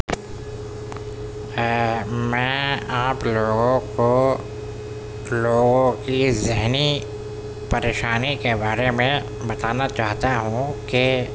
میں میں آپ لوگوں کو لوگوں کی ذہنی پریشانی کے بارے میں بتانا چاہتا ہوں کہ